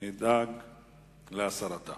להסרתה.